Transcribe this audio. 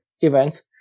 events